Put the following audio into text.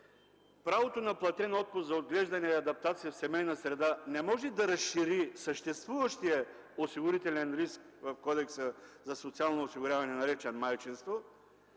правото на платен отпуск за отглеждане и адаптация в семейна среда не може да разшири съществуващия осигурителен риск в Кодекса за социално осигуряване, наречен „майчинство”,